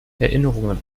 erinnerungen